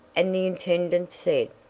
and the intendant said,